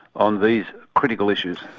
on these critical issues.